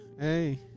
hey